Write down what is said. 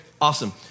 awesome